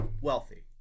wealthy